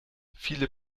viele